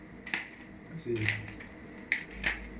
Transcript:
I see